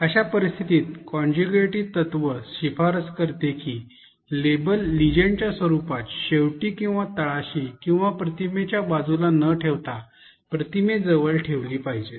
अशा परिस्थितीत कॉन्टिग्युएटी तत्व शिफारस करते की लेबल लेजेंडच्या रूपात शेवटी किंवा तळाशी किंवा प्रतिमेच्या बाजूला न ठेवता प्रतिमे जवळ ठेवली पाहिजेत